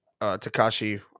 Takashi